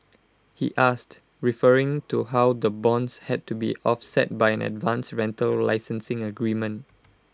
he asked referring to how the bonds had to be offset by an advance rental licensing agreement